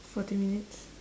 forty minutes